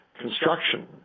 construction